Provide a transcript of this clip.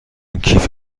کیف